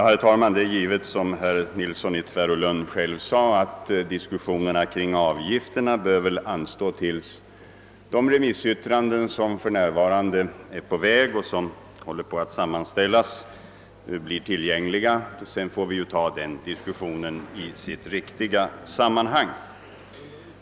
Herr talman! Diskussionen om avgifterna för isbrytarverksamheten bör givetvis, såsom herr Nilsson i Tvärålund själv sade, anstå till dess att de remissyttranden som för närvarande håller på att sammanställas blir tillgängliga. Då får vi ta upp denna diskussion i dess riktiga sammanhang.